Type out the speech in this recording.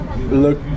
look